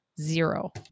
zero